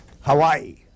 Hawaii